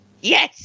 Yes